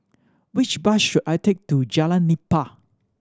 which bus should I take to Jalan Nipah